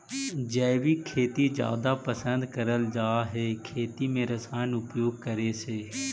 जैविक खेती जादा पसंद करल जा हे खेती में रसायन उपयोग करे से